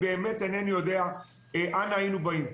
אינני יודע אנא היינו באים.